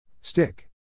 Stick